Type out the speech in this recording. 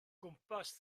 gwmpas